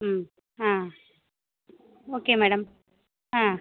ம் ஆ okay madam ஆ